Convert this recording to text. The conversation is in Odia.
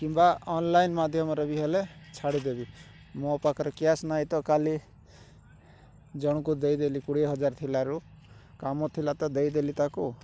କିମ୍ବା ଅନଲାଇନ୍ ମାଧ୍ୟମରେ ବି ହେଲେ ଛାଡ଼ିଦେବି ମୋ ପାଖରେ କ୍ୟାସ୍ ନାହିଁ ତ କାଲି ଜଣଙ୍କୁ ଦେଇଦେଲି କୋଡ଼ିଏ ହଜାର ଥିଲାରୁ କାମ ଥିଲା ତ ଦେଇଦେଲି ତାକୁ